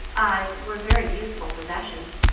eyes were very useful possessions,